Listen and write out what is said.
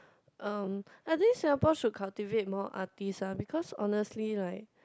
um I think Singapore should cultivate more artists ah because honestly like